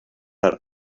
hat